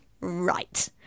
right